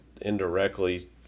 indirectly